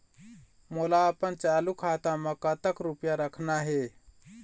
मोला अपन चालू खाता म कतक रूपया रखना हे?